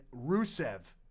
Rusev